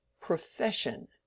profession